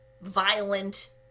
violent